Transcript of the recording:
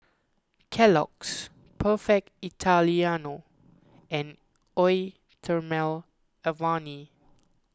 Kellogg's Perfect Italiano and Eau thermale Avene